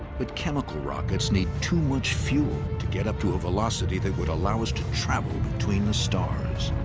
but chemical rockets need too much fuel to get up to a velocity that would allow us to travel between the stars.